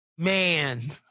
Man